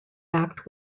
act